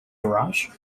garage